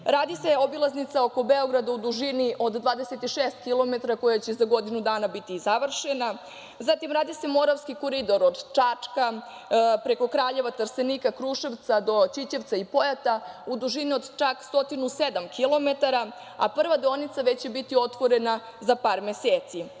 Radi se obilaznica oko Beograda u dužini od 26 kilometra, koja će za godinu dana biti završena. Zatim, radi se Moravski koridor od Čačka, preko Kraljeva, Trstenika, Kruševca, do Ćićevca i Pojata, u dužini od čak 107 kilometara, a prva deonica već će biti otvorena za par meseci. Rade